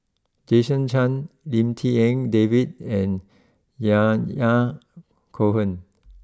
Jason Chan Lim Tik En David and Yahya Cohen